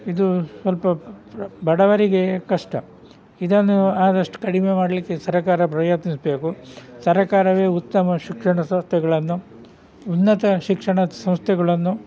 ಇದು ಸ್ವಲ್ಪ ಪ್ರೊ ಬಡವರಿಗೆ ಕಷ್ಟ ಇದನ್ನು ಆದಷ್ಟು ಕಡಿಮೆ ಮಾಡಲಿಕ್ಕೆ ಸರಕಾರ ಪ್ರಯತ್ನಿಸಬೇಕು ಸರಕಾರವೇ ಉತ್ತಮ ಶಿಕ್ಷಣ ಸಂಸ್ಥೆಗಳನ್ನು ಉನ್ನತ ಶಿಕ್ಷಣ ಸಂಸ್ಥೆಗಳನ್ನು